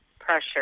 pressure